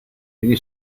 really